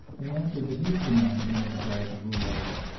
they answered that he was the man whom they desired to rule over them.